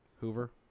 Hoover